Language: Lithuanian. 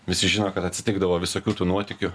visi žino kad atsitikdavo visokių tų nuotykių